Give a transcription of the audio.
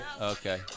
Okay